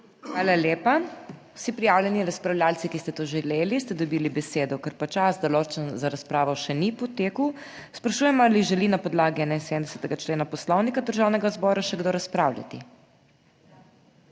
Hvala lepa. Vsi prijavljeni razpravljavci, ki ste to želeli ste dobili besedo, ker pa čas določen za razpravo še ni potekel, sprašujem, ali želi na podlagi 71. člena Poslovnika Državnega zbora še kdo razpravljati?